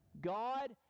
God